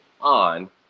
on